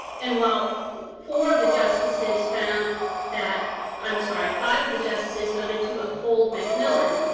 and while four of the justices found that i'm sorry, five of the justices voted to uphold mcmillan,